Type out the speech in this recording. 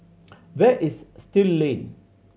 where is Still Lane